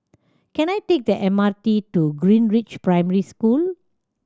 can I take the M R T to Greenridge Primary School